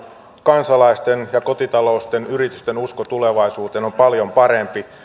kansalaisten kotitalouksien ja yritysten usko tulevaisuuteen on paljon parempi